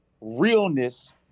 realness